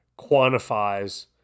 quantifies